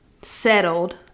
Settled